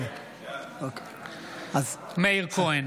(קורא בשמות חברי הכנסת) מאיר כהן